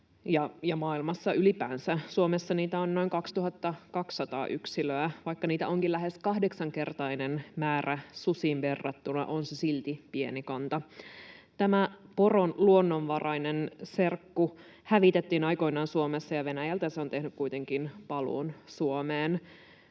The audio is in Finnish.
maailmassa ylipäänsä. Suomessa niitä on noin 2 200 yksilöä. Vaikka niitä onkin lähes kahdeksankertainen määrä susiin verrattuna, on se silti pieni kanta. Tämä poron luonnonvarainen serkku hävitettiin aikoinaan Suomesta, ja Venäjältä se on tehnyt kuitenkin paluun Suomeen.